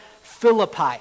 Philippi